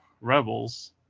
Rebels